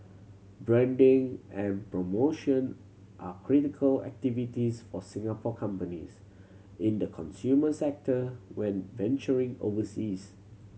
branding and promotion are critical activities for Singapore companies in the consumers sector when venturing overseas